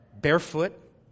barefoot